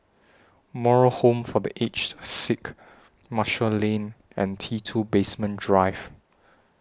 Moral Home For The Aged Sick Marshall Lane and T two Basement Drive